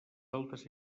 altes